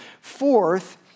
Fourth